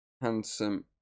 Handsome